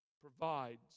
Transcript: provides